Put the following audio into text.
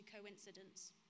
coincidence